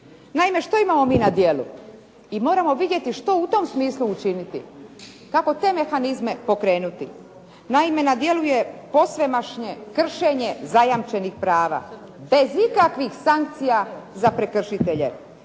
Naime, što imamo mi na djelu i moramo vidjeti što u tom smislu učiniti, kako te mehanizme pokrenuti. Naime, na djelu je posvemašnje kršenje zajamčenih prava bez ikakvih sankcija za prekršitelje